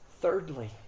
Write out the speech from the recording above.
Thirdly